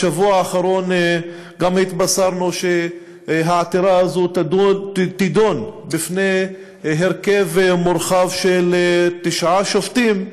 בשבוע האחרון גם התבשרנו שהעתירה תידון בפני הרכב מורחב של תשעה שופטים,